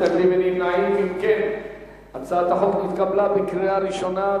התש"ע 2010,